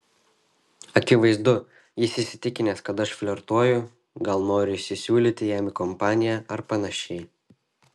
akivaizdu jis įsitikinęs kad aš flirtuoju gal noriu įsisiūlyti jam į kompaniją ar panašiai